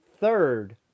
third